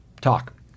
talk